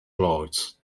lords